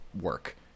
work